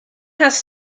has